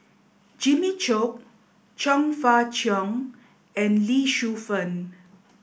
Jimmy Chok Chong Fah Cheong and Lee Shu Fen